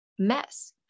mess